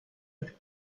with